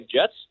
Jets